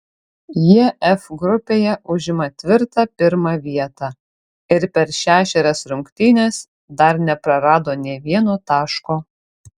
jie f grupėje užima tvirtą pirmą vietą ir per šešerias rungtynes dar neprarado nė vieno taško